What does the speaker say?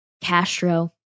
Castro